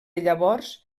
llavors